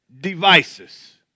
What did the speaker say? devices